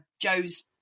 joe's